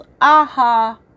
aha